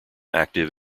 active